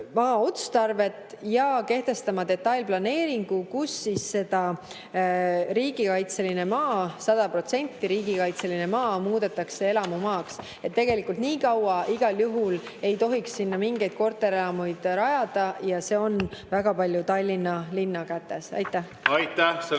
maa otstarvet, ja kehtestama detailplaneeringu, kus see riigikaitseline maa, sada protsenti riigikaitseline maa muudetakse elamumaaks. Tegelikult nii kaua igal juhul ei tohiks sinna mingeid korterelamuid rajada. See on väga palju Tallinna linna kätes. Aitäh!